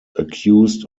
accused